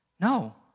No